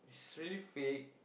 it's really fake